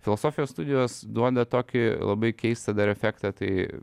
filosofijos studijos duoda tokį labai keistą dar efektą tai